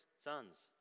sons